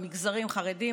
מגזרים: חרדים,